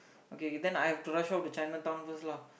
okay then I have to rush off to Chinatown first